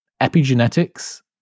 epigenetics